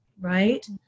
Right